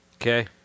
Okay